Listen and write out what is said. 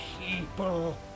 people